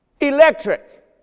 Electric